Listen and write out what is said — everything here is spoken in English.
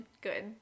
good